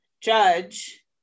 judge